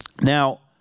Now